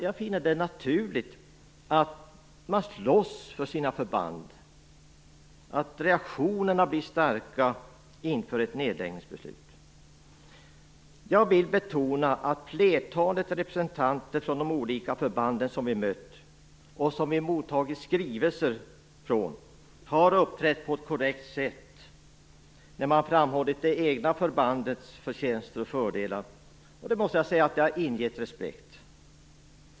Jag finner det naturligt att man slåss för sina förband och att reaktionerna blir starka inför ett nedläggningsbeslut. Jag vill betona att flertalet representanter från de olika förbanden som vi mött och som vi mottagit skrivelser från har uppträtt på ett korrekt sätt när de har framhållit det egna förbandets förtjänster och fördelar. Detta har ingett respekt.